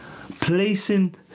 Placing